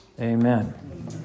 amen